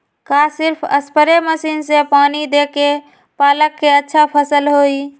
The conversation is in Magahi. का सिर्फ सप्रे मशीन से पानी देके पालक के अच्छा फसल होई?